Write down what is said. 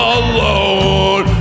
alone